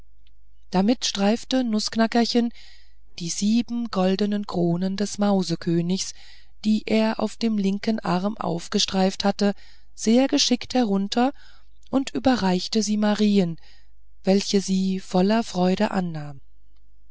damit streifte nußknackerchen die sieben goldenen kronen des mausekönigs die er auf den linken arm heraufgestreift hatte sehr geschickt herunter und überreichte sie marien welche sie voller freude annahm